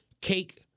cake